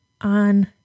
on